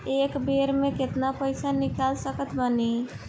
एक बेर मे केतना पैसा निकाल सकत बानी?